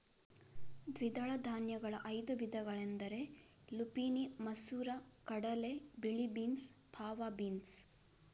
ದ್ವಿದಳ ಧಾನ್ಯಗಳ ಐದು ವಿಧಗಳೆಂದರೆ ಲುಪಿನಿ ಮಸೂರ ಕಡಲೆ, ಬಿಳಿ ಬೀನ್ಸ್, ಫಾವಾ ಬೀನ್ಸ್